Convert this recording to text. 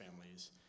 families